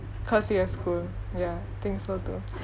cause you have school ya think so too